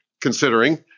considering